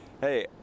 hey